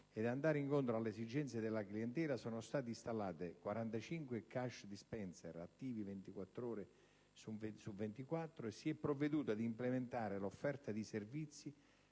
ed andare incontro alle esigenze della clientela, sono stati installati 45 *cash dispenser*, attivi 24 ore su 24, e si è provveduto ad implementare l'offerta di servizi,